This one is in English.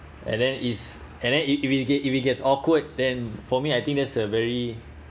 and then is and then if he if he get if he gets awkward then for me I think that's a very